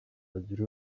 agire